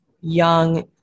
young